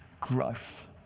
growth